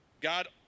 God